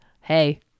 hey